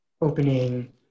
opening